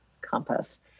compass